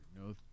no